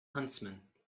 huntsman